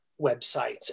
websites